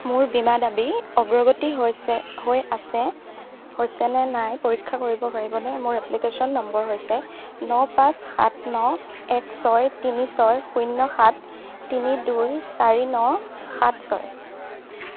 মোৰ বীমা দাবী অগ্ৰগতি হৈছে হৈ আছে হৈছে নে নাই পৰীক্ষা কৰিব পাৰিবনে মোৰ এপ্লিকেচন নম্বৰ হৈছে ন পাঁচ সাত ন এক ছয় তিনি ছয় শূন্য সাত তিনি দুই চাৰি ন সাত ছয়